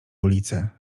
ulice